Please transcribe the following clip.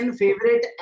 favorite